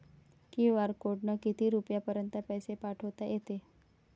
QR कोडनं किती रुपयापर्यंत पैसे पाठोता येते?